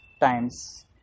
times